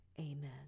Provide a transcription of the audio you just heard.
Amen